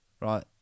Right